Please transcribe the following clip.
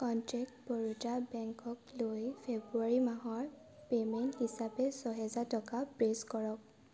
contact Baroda বেংকক লৈ ফেব্ৰুৱাৰী মাহৰ পে'মেণ্ট হিচাপে ছয় হেজাৰ টকা প্ৰে'চেছ কৰক